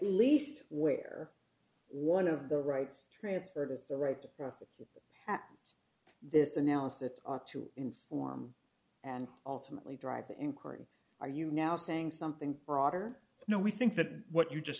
least where one of the rights transferred is the right to prosecute happens this analysis that ought to inform and ultimately drive the inquiry are you now saying something broader no we think that what you just